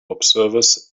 observers